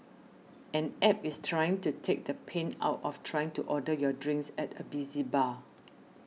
an App is trying to take the pain out of trying to order your drinks at a busy bar